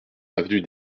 avenue